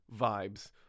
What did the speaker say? vibes